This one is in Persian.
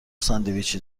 ساندویچی